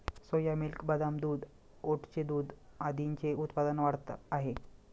सोया milk, बदाम दूध, ओटचे दूध आदींचे उत्पादन वाढत आहे